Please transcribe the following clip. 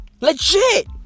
Legit